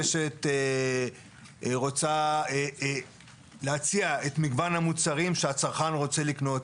הרשת רוצה להציע את המגוון המוצרים שהצרכן רוצה לקנות.